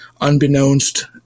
unbeknownst